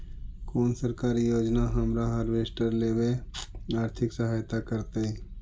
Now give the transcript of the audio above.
कोन सरकारी योजना हमरा हार्वेस्टर लेवे आर्थिक सहायता करतै?